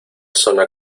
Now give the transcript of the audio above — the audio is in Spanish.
zona